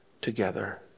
together